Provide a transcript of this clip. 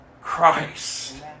Christ